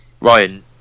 Ryan